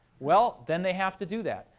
well, then they have to do that.